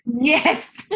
Yes